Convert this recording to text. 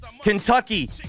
Kentucky